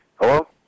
Hello